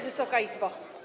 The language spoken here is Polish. Wysoka Izbo!